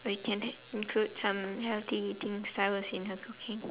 we can include some healthy eating styles in her cooking